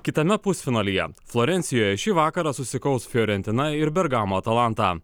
kitame pusfinalyje florencijoje šį vakarą susikaus fiorentina ir bergamo talanta